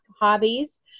hobbies